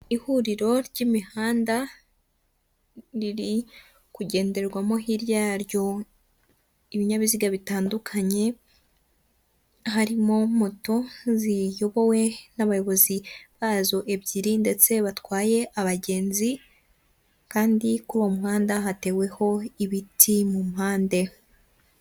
Ihuriro ry'imihanda riri kugenderwamo hirya yaryo ibinyabiziga bitandukanye, harimo moto ziyobowe n'abayobozi bazo ebyiri ndetse batwaye abagenzi, kandi kuri uwo muhanda hateweho ibiti mu mpande.